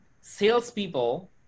salespeople